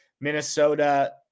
Minnesota